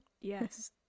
Yes